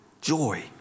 joy